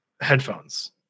headphones